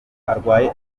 arwaye